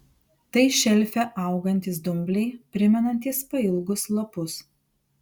tai šelfe augantys dumbliai primenantys pailgus lapus